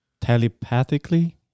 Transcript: telepathically